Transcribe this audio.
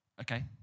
okay